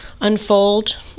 unfold